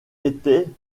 était